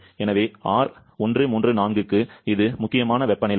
எனவே R134a க்கு இது முக்கியமான வெப்பநிலை 374